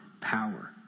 power